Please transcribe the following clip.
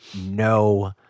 no